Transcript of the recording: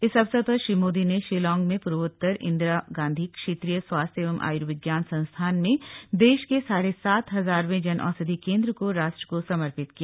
इस अवसर पर श्री मोदी ने शिलांग में पूर्वोत्तर इंदिरा गाँधी क्षेत्रीय स्वास्थ्य एवं आयुर्विज्ञान संस्थान में देश के साढे सात हजारवें जन औषधि केन्द्र को राष्ट्र को समर्पित किया